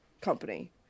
company